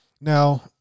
now